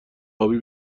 آبی